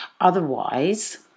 otherwise